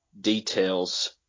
details